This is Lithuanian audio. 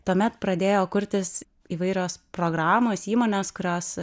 tuomet pradėjo kurtis įvairios programos įmonės kurios